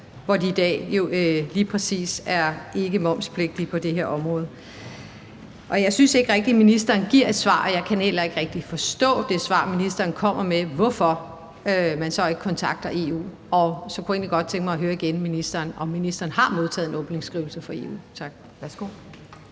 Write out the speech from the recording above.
hvor de jo i dag lige præcis ikke er momspligtige på det her område. Og jeg synes ikke rigtig, ministeren giver et svar, og jeg kan heller ikke rigtig forstå det svar, ministeren kommer med, altså hvorfor man så ikke kontakter EU. Så jeg kunne egentlig godt tænke mig at høre fra ministeren igen, om ministeren har modtaget en åbningsskrivelse fra EU. Tak. Kl.